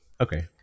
Okay